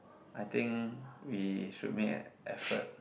I think we should make an effort